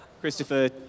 Christopher